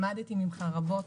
למדתי ממך רבות.